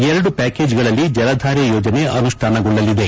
ಎರಡು ಪ್ವಾಕೇಜ್ಗಳಲ್ಲಿ ಜಲಧಾರೆ ಯೋಜನೆ ಅನುಷ್ಟಾನಗೊಳ್ಳಲಿದೆ